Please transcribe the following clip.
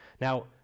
Now